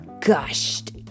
gushed